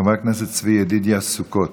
חבר הכנסת צבי ידידיה סוכות,